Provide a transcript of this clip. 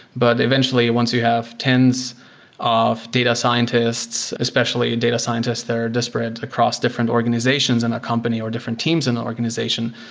but eventually, once you have tens of data scientists, especially data scientists, they are disparate across different organizations in a company or different teams in the organization,